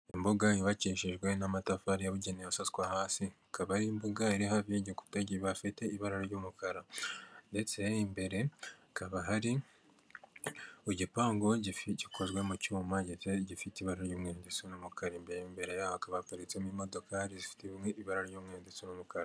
Imbuga yubakishijwe n'amatafari yabugenewe asaswa hasi, ikaba ari imbuga iri hafi y'igikuta gifite ibara ry'umukara, ndetse imbere hakaba hari igipangu gikozwe mu cyuma, gifite ibara ry'umweru ndetse n'umukara, imbere hakaba haparitsemo imodoka zifite ibara ry'umweru ndetse n'umukara.